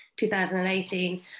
2018